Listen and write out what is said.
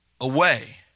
away